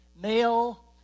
Male